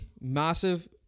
massive